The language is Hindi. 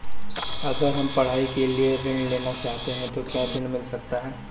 अगर हम पढ़ाई के लिए ऋण लेना चाहते हैं तो क्या ऋण मिल सकता है?